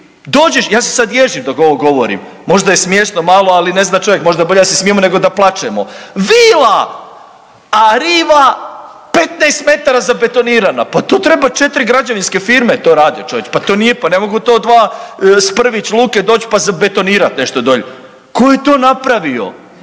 Ja se sad ježim dok ovo govorim, možda je smiješno malo ali ne zna čovjek, možda bolje da se smijemo nego da plačemo. Vila, a riva 15m zabetonirana, pa to treba četiri građevinske firme to rade čovječe, pa to nije, pa ne mogu to dva s Prvić luke doć pa zabetonirat nešto dolje. Ko je to napravio?